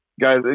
guys